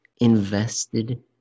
invested